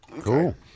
cool